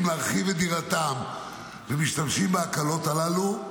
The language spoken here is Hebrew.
להרחיב את דירתם ומשתמשים בהקלות הללו,